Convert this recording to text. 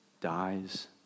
dies